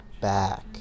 Back